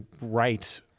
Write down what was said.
right